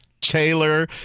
Taylor